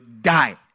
die